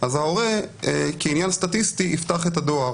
ההורה כעניין סטטיסטי יפתח את הדואר,